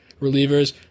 relievers